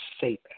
safe